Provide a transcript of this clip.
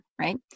right